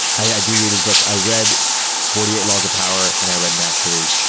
i do read his books. i read forty eight laws of power and i read mastery,